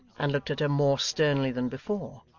and looked at her more sternly than before,